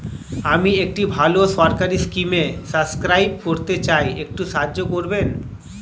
আমি একটি ভালো সরকারি স্কিমে সাব্সক্রাইব করতে চাই, একটু সাহায্য করবেন?